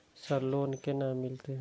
Sir loan केना मिलते?